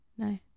No